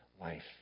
life